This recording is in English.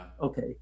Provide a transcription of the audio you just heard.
okay